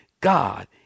God